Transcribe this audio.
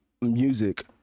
music